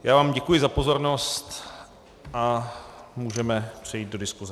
Já vám děkuji za pozornost a můžeme přejít do diskuse.